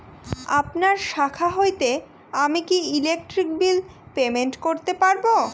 আপনার শাখা হইতে আমি কি ইলেকট্রিক বিল পেমেন্ট করতে পারব?